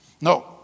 No